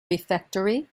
refectory